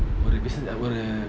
ஒரு:oru this is ஒரு:oru